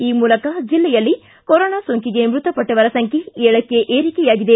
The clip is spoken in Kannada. ಈ ಮೂಲಕ ಜಿಲ್ಲೆಯಲ್ಲಿ ಕೊರೊನಾ ಸೋಂಕಿಗೆ ಮೃತಪಟ್ಟವರ ಸಂಖ್ಯೆ ಏಳಕ್ಕೆ ಏರಿಕೆಯಾಗಿದೆ